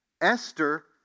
Esther